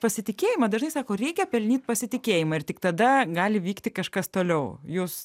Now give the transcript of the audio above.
pasitikėjimą dažnai sako reikia pelnyt pasitikėjimą ir tik tada gali vykti kažkas toliau jūs